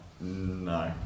no